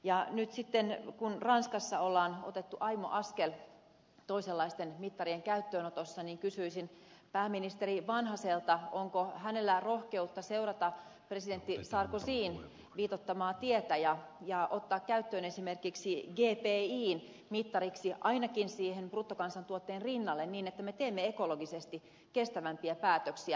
nyt sitten kun ranskassa on otettu aimo askel toisenlaisten mittarien käyttöönotossa niin kysyisin pääministeri vanhaselta onko hänellä rohkeutta seurata presidentti sarkozyn viitoittamaa tietä ja ottaa käyttöön esimerkiksi gpin mittariksi ainakin siihen bruttokansantuotteen rinnalle niin että me teemme ekologisesti kestävämpiä päätöksiä